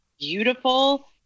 beautiful